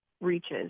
reaches